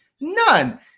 None